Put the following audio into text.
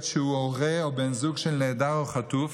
שהוא הורה או בן זוג של נעדר או חטוף.